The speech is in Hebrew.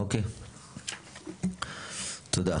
אוקיי, תודה.